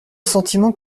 sentiment